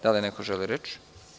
Da li neko želi reč?